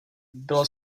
bylo